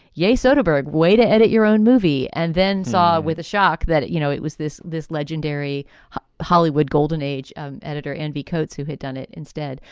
yay, soderbergh, way to edit your own movie. and then saw with the shock that, you know, it was this this legendary hollywood golden age um editor, andy cote's, who had done it instead.